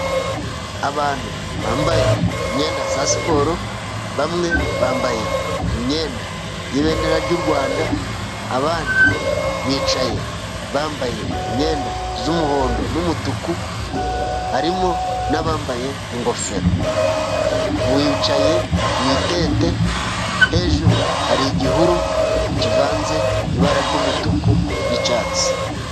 Abantu bambaye imyenda ya siporo. Bamwe bambaye imyenda y'ibendera ry'u Rwanda, abandi bicaye bambaye imyenda y'umuhondo n'umutuku, harimo n'abambaye ingofero. Bicaye mu itente, hejuru hari igihuru kivanzemo ibara ry'umutuku n'icyatsi.